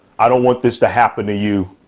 i don't want this to happen to you.